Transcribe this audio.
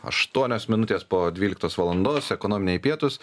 aštuonios minutės po dvyliktos valandos ekonominiai pietūs